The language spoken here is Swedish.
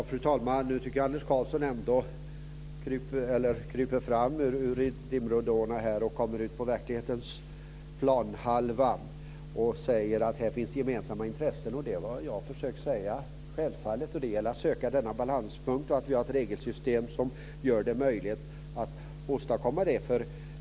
Fru talman! Nu tycker jag att Anders Karlsson ändå kryper fram ur dimridåerna, kommer ut på verklighetens planhalva och säger att här finns gemensamma intressen. Det är också vad jag har försökt att säga. Självfallet gäller det att söka denna balanspunkt och att ha ett regelsystem som gör det möjligt att åstadkomma det.